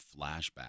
flashback